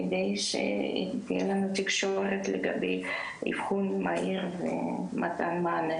על מנת שתהיה לנו תקשורת בנוגע לאבחון מהיר ומתן מענה.